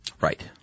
Right